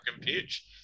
pitch